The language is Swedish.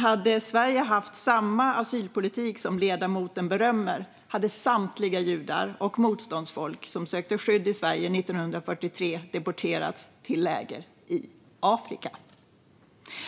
Hade Sverige haft samma asylpolitik som ledamoten berömmer hade samtliga judar och motståndsfolk som sökte skydd i Sverige 1943 deporterats till läger i Afrika.